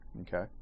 Okay